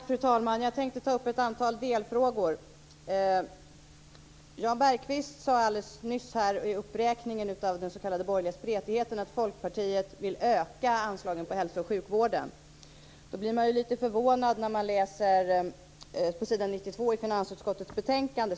Fru talman! Jag tänkte ta upp ett antal delfrågor. Jan Bergqvist sade alldeles nyss i uppräkningen av den s.k. borgerliga spretigheten att Folkpartiet vill öka anslagen till hälso och sjukvården. Då blir man ju lite förvånad när man läser på s. 92 i finansutskottets betänkande.